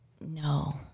No